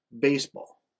baseball